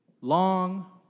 Long